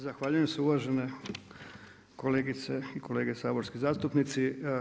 Zahvaljujem se uvažene kolegice i kolege saborski zastupnici.